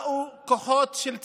באו כוחות של צבא,